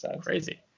Crazy